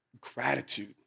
Gratitude